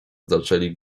zaczęli